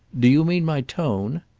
do you mean my tone?